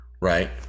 right